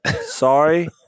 Sorry